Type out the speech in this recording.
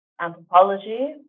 Anthropology